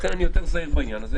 לכן אני יותר זהיר בעניין הזה.